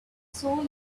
soul